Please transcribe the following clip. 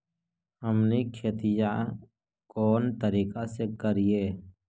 हमनी खेतीया कोन तरीका से करीय?